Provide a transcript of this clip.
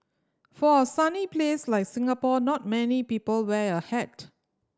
for a sunny place like Singapore not many people wear a hat